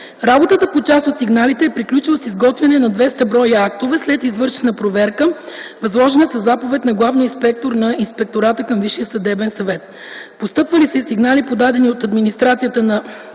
Работата по част от сигналите е приключила с изготвяне на 200 броя актове, след извършена проверка, възложена със заповед на главния инспектор на ИВСС. Постъпвали са и сигнали, подадени от Администрацията на